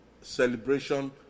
celebration